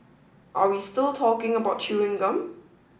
are we still talking about chewing gum